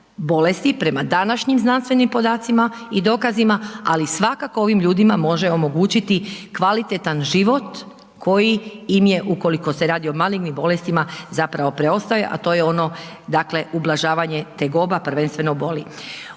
bolesti prema današnjim znanstvenim podacima i dokazima, ali svakako ovim ljudima može omogućiti kvalitetan život koji im je, ukoliko se radi o malignim bolestima zapravo preostaje, a to je ono, dakle, ublažavanje tegoba, prvenstveno boli.